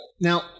Now